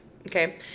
Okay